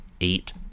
eight